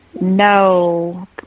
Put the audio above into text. no